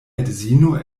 edzino